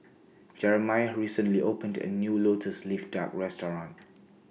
Jeremiah recently opened A New Lotus Leaf Duck Restaurant